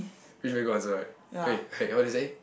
really very good answer right hey eh what did you say